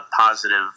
positive